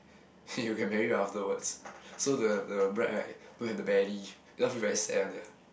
you get married afterwards so the the bride right don't have the belly then I feel very sad on ya